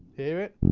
hear it?